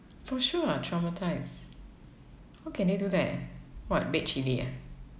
for sure [what] traumatised how can they do that what red chilli ah